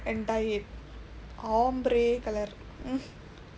and dye it ombre colour